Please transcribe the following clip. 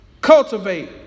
Cultivate